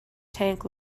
tank